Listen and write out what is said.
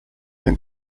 jak